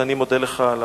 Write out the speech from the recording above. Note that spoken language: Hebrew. ואני מודה לך על